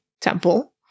temple